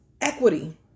equity